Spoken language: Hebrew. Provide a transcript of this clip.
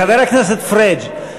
חבר הכנסת פריג',